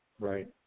right